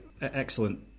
excellent